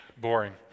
boring